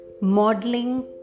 Modeling